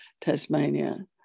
Tasmania